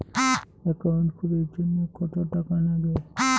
Account খুলির জন্যে কত টাকা নাগে?